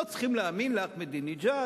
לא צריכים להאמין לאחמדינג'אד,